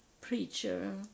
preacher